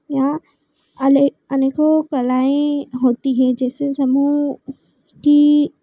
यहाँ अनेक अनेकों कलाएँ होती हैं जैसे समूह कि